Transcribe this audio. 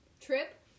trip